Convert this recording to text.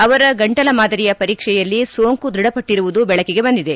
ಅವರ ಗಂಟಲ ಮಾದರಿಯ ಪರೀಕ್ಷೆಯಲ್ಲಿ ಸೋಂಕು ದೃಢಪಟ್ಟಿರುವುದು ಬೆಳಕಿಗೆ ಬಂದಿದೆ